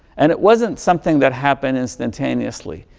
and it wasn't something that happened instantaneously.